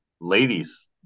ladies